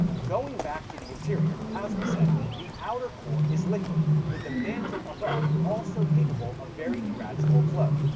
going back to the interior, as we said, the outer core is liquid, with the mantle above also capable of very gradual flow,